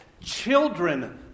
children